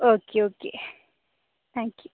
okay okay thank you